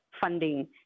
funding